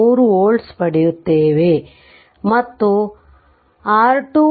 3 volts ಪಡೆಯುತ್ತೇವೆ ಮತ್ತು R233